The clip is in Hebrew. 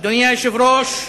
אדוני היושב-ראש,